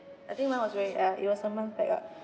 I think mine was very uh it was a month back ah